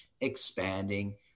expanding